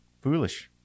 foolish